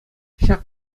ҫак